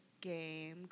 game